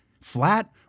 Flat